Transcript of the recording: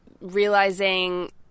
realizing